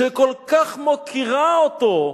שכל כך מוקירה אותו,